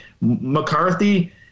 McCarthy